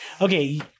Okay